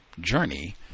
Journey